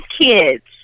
kids